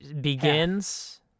Begins